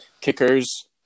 Kickers